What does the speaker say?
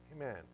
Amen